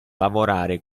lavorare